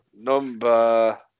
number